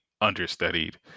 understudied